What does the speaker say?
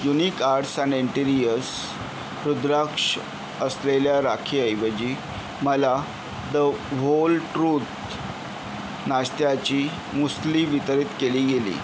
unique arts and interiors रुद्राक्ष असलेल्या राखीऐवजी मला द व्होल ट्रुथ नाश्त्याची मुसली वितरित केली गेली